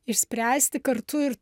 išspręsti kartu ir